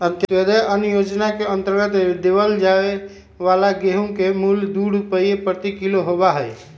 अंत्योदय अन्न योजना के अंतर्गत देवल जाये वाला गेहूं के मूल्य दु रुपीया प्रति किलो होबा हई